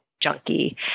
junkie